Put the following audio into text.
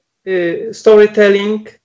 storytelling